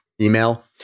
email